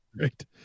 Right